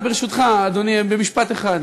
ברשותך, אדוני, משפט אחד.